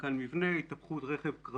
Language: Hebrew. למשל ירי טנק על מבנה, התהפכות רכב קרבי,